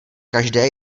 každé